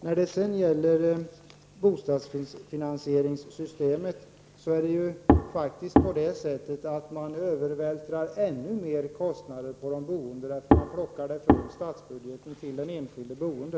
När det gäller bostadsfinansieringssystemet övervältrar man ännu mer kostnader på de boende.